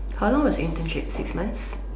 how long is your internship six months